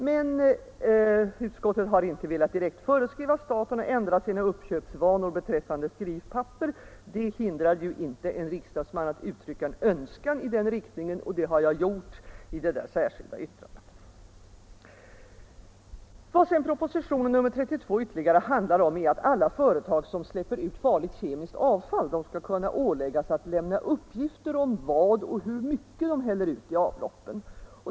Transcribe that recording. Men utskottet har inte direkt velat föreskriva staten att ändra sina uppköpsvanor beträffande skrivpapper. Det hindrar ju inte en riksdagsman att uttrycka en önskan i den riktningen, och det har jag gjort i ett särskilt yttrande. Vad propositionen nr 32 ytterligare handlar om är att alla företag som släpper ut farligt kemiskt avfall skall kunna åläggas att lämna uppgifter om vad och hur mycket de häller ut i avloppen.